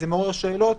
זה מעורר שאלות